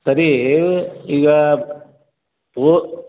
ಸರಿ ಈಗಾ ಪೊ